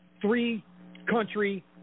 three-country